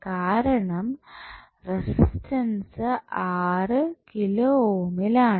കാരണം resistance R kilo ഓമിൽ ആണ്